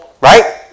Right